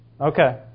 Okay